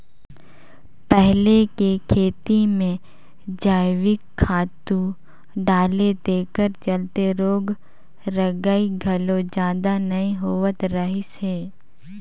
पहिले के खेती में जइविक खातू डाले तेखर चलते रोग रगई घलो जादा नइ होत रहिस हे